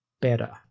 better